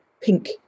pink